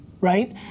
right